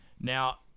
Now